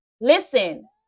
Listen